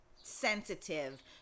sensitive